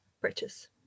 purchase